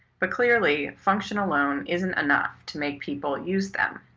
but clearly function alone isn't enough to make people use them.